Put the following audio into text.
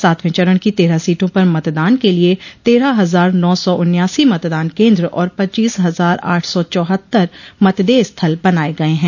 सातवें चरण की तेरह सीटो पर मतदान के लिए तेरह हजार नौ सौ उन्यासी मतदान केन्द्र और पच्चीस हजार आठ सौ चौहत्तर मतदेय स्थल बनाये गये हैं